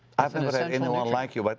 i've never met anyone like you, but